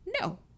No